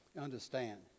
understand